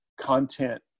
content